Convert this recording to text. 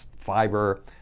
fiber